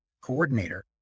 coordinator